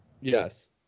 Yes